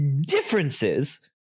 differences